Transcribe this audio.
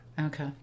Okay